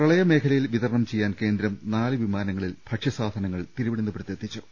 പ്രളയമേഖലയിൽ വിതരണം ചെയ്യാൻ കേന്ദ്രം നാല് വിമാനങ്ങളിൽ ഭക്ഷ്യസാധനങ്ങൾ തിരുവനന്തപുരത്തെ ത്തിച്ചു